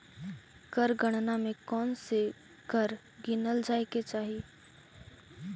कर गणना में कौनसे कर गिनल जाए के चाही